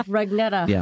Ragnetta